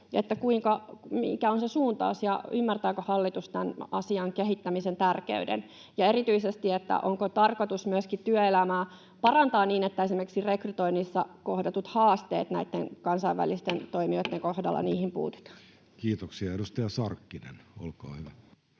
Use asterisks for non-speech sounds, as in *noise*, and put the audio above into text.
mikä on se suuntaus, ja ymmärtääkö hallitus tämän asian kehittämisen tärkeyden, ja erityisesti, että onko tarkoitus myöskin työelämää parantaa *noise* niin, että esimerkiksi rekrytoinnissa kohdattuihin haasteisiin näitten kansainvälisten toimijoitten *noise* kohdalla puututaan? Kiitoksia. — Edustaja Sarkkinen, olkaa hyvä.